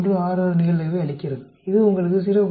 166 நிகழ்தகவை அளிக்கிறது இது உங்களுக்கு 0